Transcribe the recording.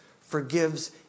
forgives